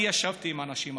אני ישבתי עם האנשים האחראים,